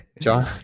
John